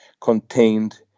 contained